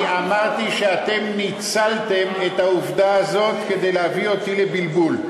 אני אמרתי שאתם ניצלתם את העובדה הזו כדי להביא אותי לבלבול.